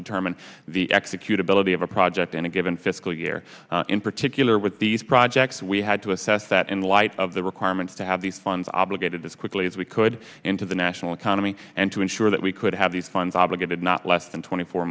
determine the execute ability of a project in a given fiscal year in particular with these projects we had to assess that in light of the requirements to have these funds obligated this quickly as we could into the national economy and to ensure that we could have these funds obligated not less than twenty four